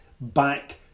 back